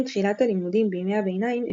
אך עם תחילת הלימודים בימי הביניים הם